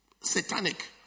satanic